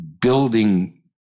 building